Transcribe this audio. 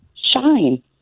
Shine